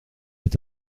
est